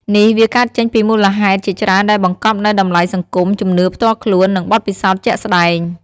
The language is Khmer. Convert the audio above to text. នេះវាកើតចេញពីមូលហេតុជាច្រើនដែលបង្កប់នូវតម្លៃសង្គម ជំនឿផ្ទាល់ខ្លួន និងបទពិសោធន៍ជាក់ស្ដែង។